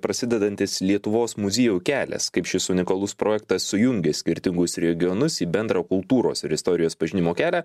prasidedantis lietuvos muziejų kelias kaip šis unikalus projektas sujungė skirtingus regionus į bendrą kultūros ir istorijos pažinimo kelią